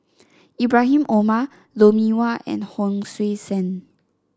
Ibrahim Omar Lou Mee Wah and Hon Sui Sen